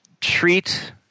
treat